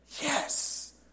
Yes